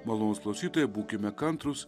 malonūs klausytojai būkime kantrūs